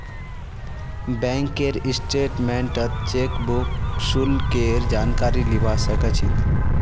बैंकेर स्टेटमेन्टत चेकबुक शुल्केर जानकारी लीबा सक छी